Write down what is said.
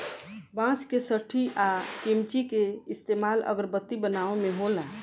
बांस के सठी आ किमची के इस्तमाल अगरबत्ती बनावे मे होला